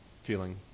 feeling